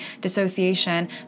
dissociation